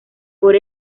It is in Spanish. por